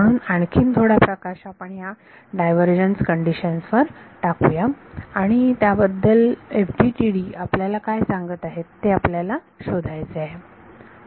म्हणून आणखीन थोडा प्रकाश आपण या डायव्हर्जन्स कंडीशन वर टाकूया आणि याबद्दल FDTD आपल्याला काय सांगत आहेत ते आपल्याला शोधायचे आहे